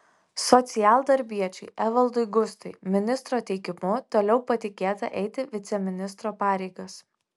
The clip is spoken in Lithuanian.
socialdarbiečiui evaldui gustui ministro teikimu toliau patikėta eiti viceministro pareigas